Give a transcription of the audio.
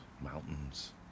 mountains